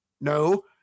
No